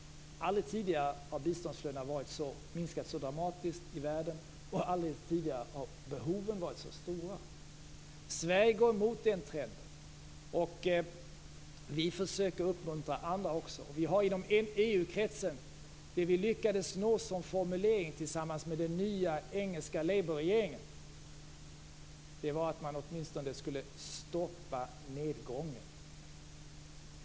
Aldrig tidigare har biståndsflödena minskat så dramatiskt i världen och aldrig tidigare har behoven varit så stora. Sverige går emot den trenden. Vi försöker uppmuntra andra. Vad vi inom EU-kretsen tillsammans med den nya engelska Labourregeringen lyckades uppnå som formulering var att man åtminstone skulle stoppa nedgången.